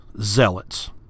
zealots